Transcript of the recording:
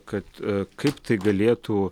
kad kaip tai galėtų